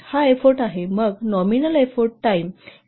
हा एफोर्ट आहे मग नॉमिनल एफोर्ट टाईम किती असेल